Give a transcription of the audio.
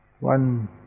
One